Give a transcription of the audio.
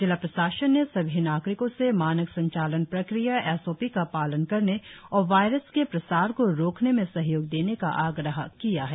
जिला प्रशासन ने सभी नागरिकों से मानक संचालन प्रक्रिया एस ओ पी का पालन करने और वायरस के प्रसार को रोकने में सहयोग देने का आग्रह किया है